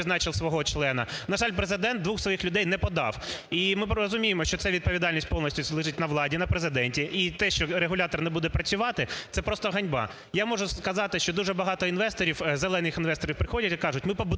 На жаль, Президент двох своїх людей не подав. І ми розуміємо, що це відповідальність повністю лежить на владі, на Президенті. І те, що регулятор не буде працювати, це просто ганьба. Я можу сказати, що дуже багато інвесторів, "зелених" інвесторів приходять і кажуть: ми побудували